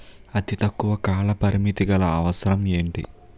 అతి తక్కువ కాల పరిమితి గల అవసరం ఏంటి